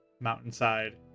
mountainside